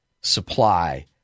supply